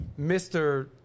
Mr